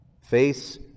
face